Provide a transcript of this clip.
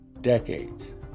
decades